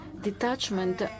detachment